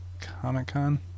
Comic-Con